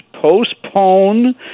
Postpone